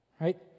Right